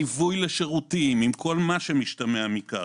ליווי לשירותים עם כל המשתמע מכך,